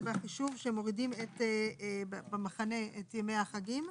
זה בחישוב שמורידים במכנה את ימי החגים,